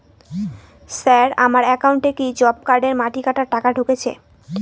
Sir আমার একাউন্টে কি জব কার্ডের মাটি কাটার টাকা ঢুকেছে?